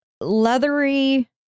leathery